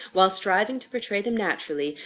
while striving to portray them naturally,